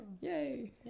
yay